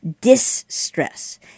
distress